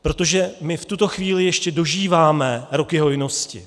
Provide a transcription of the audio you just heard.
Protože my v tuto chvíli ještě dožíváme roky hojnosti.